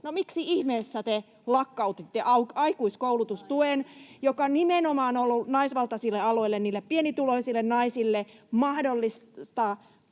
te lakkautitte aikuiskoulutustuen, joka nimenomaan on ollut niille naisvaltaisille aloille, pienituloisille naisille, mahdollisuus